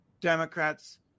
Democrats